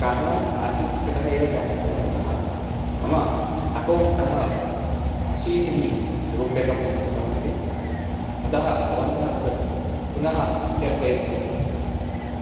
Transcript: कारणम् आसीत् इत्यतः एव केन्सल् कृतम् अतः मम अकौण्ट्तः अशीतिः रूप्यकं गतमस्ति अतः भवन्तः तद् पुनः प्रत्यर्पयन्तु इति